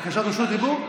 בקשת רשות דיבור?